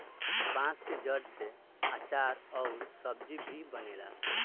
बांस के जड़ से आचार अउर सब्जी भी बनेला